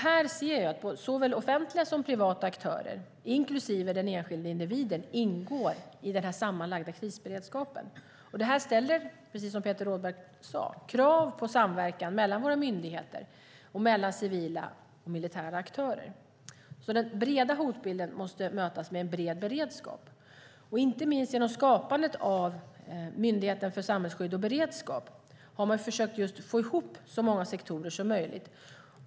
Här ser jag att såväl offentliga som privata aktörer inklusive den enskilde individen ingår i den sammanlagda krisberedskapen. Det ställer, precis som Peter Rådberg sade, krav på samverkan mellan våra myndigheter och mellan civila och militära aktörer. Den breda hotbilden måste mötas med en bred beredskap. Inte minst genom skapandet av Myndigheten för samhällsskydd och beredskap har man försökt få ihop så många sektorer som möjligt.